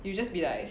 you just be like